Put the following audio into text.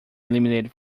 eliminated